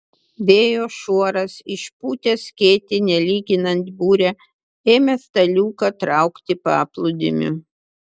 vėjo šuoras išpūtęs skėtį nelyginant burę ėmė staliuką traukti paplūdimiu